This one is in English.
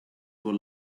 were